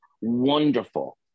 wonderful